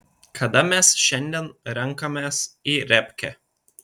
kada mes šiandien renkamės į repkę